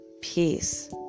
Peace